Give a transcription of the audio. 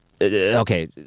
Okay